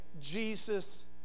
Jesus